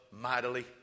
mightily